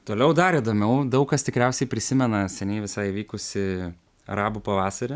toliau dar įdomiau daug kas tikriausiai prisimena seniai visai vykusį arabų pavasarį